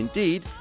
Indeed